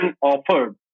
offered